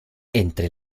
entre